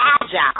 agile